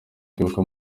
kwibuka